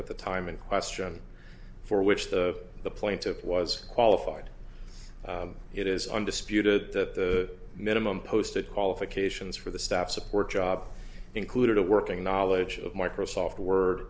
at the time in question for which the the plaintiff was qualified it is undisputed that the minimum posted qualifications for the staff support job included a working knowledge of microsoft word